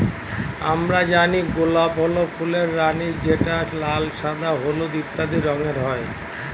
আমরা জানি গোলাপ হল ফুলের রানী যেটা লাল, সাদা, হলুদ ইত্যাদি রঙের হয়